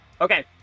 Okay